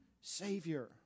Savior